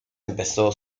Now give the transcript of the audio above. empezó